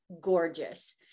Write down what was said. gorgeous